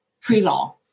pre-law